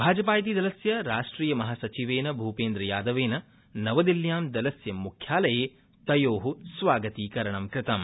भाजापा इति दलस्य राष्ट्रिय महासचिवेन भूपेन्द्रयादवेन नवदिल्लयां दलस्य मुख्यालये तयो स्वागतीकरणं कृतम्